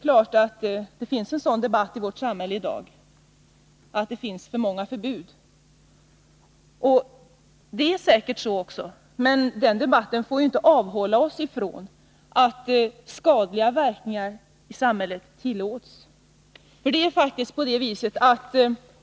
Det förs mycket riktigt en debatt i vårt samhälle i dag om att det finns för många förbud. Det förhåller sig säkerligen också på det viset, men den debatten får ju inte avhålla oss ifrån att ingripa mot fall där skadliga verkningar i samhället tillåts förekomma.